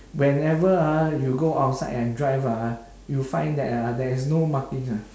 whenever ah you go outside and drive ah you find that ah there is no marking ah